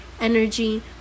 energy